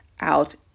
out